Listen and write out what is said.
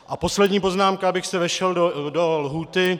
A poslední poznámka, abych se vešel do lhůty.